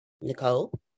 Nicole